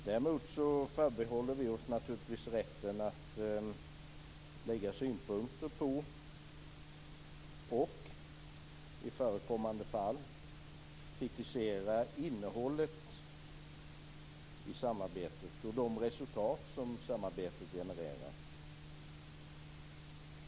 Däremot förbehåller vi oss naturligtvis rätten att lägga synpunkter på och i förekommande fall kritisera innehållet i samarbetet och de resultat som samarbetet genererar.